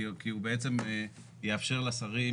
כי הוא בעצם יאפשר לשרים,